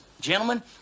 gentlemen